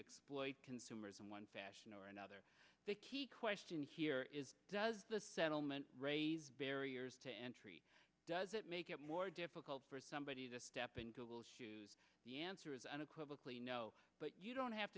explore consumers in one fashion or another the key question here is does the settlement raise barriers to entry does it make it more difficult for somebody to step into those shoes the answer is unequivocal you know but you don't have